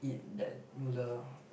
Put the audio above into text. eat that noodle